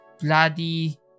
bloody